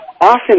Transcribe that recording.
Often